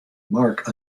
mark